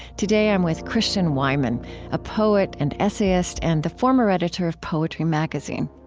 today, i'm with christian wiman, a poet and essayist and the former editor of poetry magazine.